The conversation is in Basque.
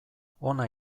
hona